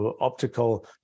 Optical